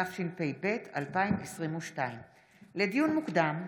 התשפ"ב 2022. לדיון מוקדם,